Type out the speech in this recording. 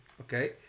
okay